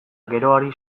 geroari